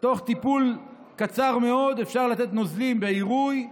תוך זמן קצר מאוד אפשר לתת נוזלים בעירוי,